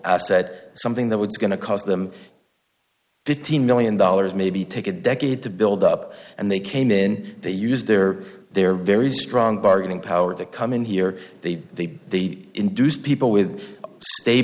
asset something that was going to cause them fifteen million dollars maybe take a decade to build up and they came then they used their their very strong bargaining power to come in here they they they induced people with